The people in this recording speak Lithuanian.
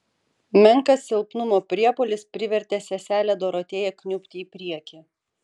menkas silpnumo priepuolis privertė seselę dorotėją kniubti į priekį